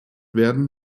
werden